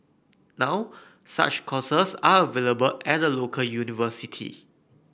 now such courses are available at a local university